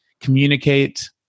communicate